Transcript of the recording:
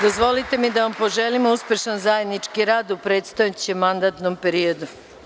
Dozvolite mi da vam poželim uspešan zajednički rad u predstojećem mandatnom periodu.